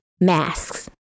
masks